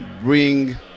bring